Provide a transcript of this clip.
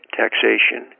taxation